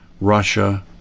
Russia